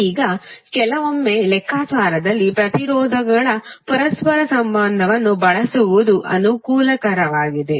ಈಗ ಕೆಲವೊಮ್ಮೆ ಲೆಕ್ಕಾಚಾರದಲ್ಲಿ ಪ್ರತಿರೋಧಗಳ ಪರಸ್ಪರ ಸಂಬಂಧವನ್ನು ಬಳಸುವುದು ಅನುಕೂಲಕರವಾಗಿದೆ